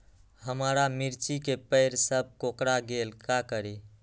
हमारा मिर्ची के पेड़ सब कोकरा गेल का करी?